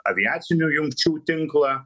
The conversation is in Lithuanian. aviacinių jungčių tinklą